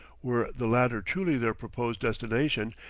were the latter truly their purposed destination,